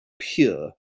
pure